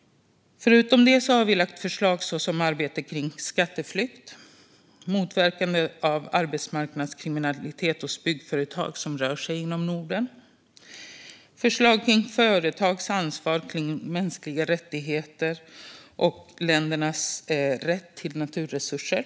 Vi har också lagt fram förslag om arbete kring skatteflykt, motverkande av arbetsmarknadskriminalitet hos byggföretag som rör sig i Norden, företags ansvar när det gäller mänskliga rättigheter och ländernas rätt till naturresurser.